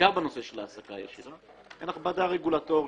בעיקר בנושא של העסקה ישירה, הן הכבדה רגולטורית.